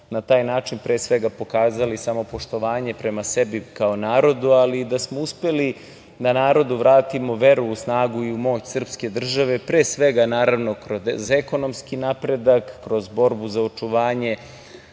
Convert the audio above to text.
na taj način, pre svega pokazali samopoštovanje prema sebi kao narodu, ali da smo uspeli da narodu vratimo veru u snagu i u moć srpske države, pre svega, naravno kroz ekonomski napredak, kroz borbu za očuvanje